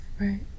Right